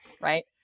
right